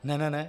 Ne, ne, ne.